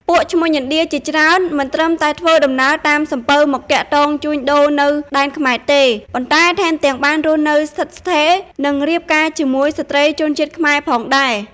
ពួកឈ្មួញឥណ្ឌាជាច្រើន មិនត្រឹមតែធ្វើដំណើរតាមសំពៅមកទាក់ទងជួញដូរនៅដែនខ្មែទេ ប៉ុន្តែថែមទាំងបានរស់នៅស្ថិតស្ថេរ និងរៀបការជាមួយស្ត្រីជនជាតិខ្មែរផងដែរ។